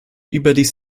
überdies